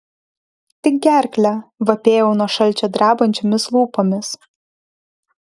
tik gerklę vapėjau nuo šalčio drebančiomis lūpomis